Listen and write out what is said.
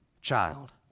child